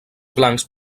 blancs